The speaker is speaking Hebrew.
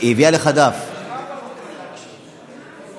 הקואליציה והאופוזיציה משתפות פעולה בנושא מוסכם,